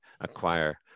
acquire